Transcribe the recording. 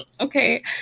okay